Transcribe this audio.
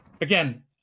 again